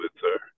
sir